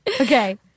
Okay